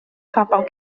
phobl